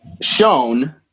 shown